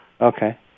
Okay